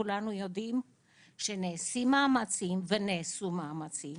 כולנו יודעים שנעשים מאמצים ונעשו מאמצים